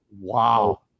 Wow